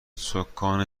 سـکان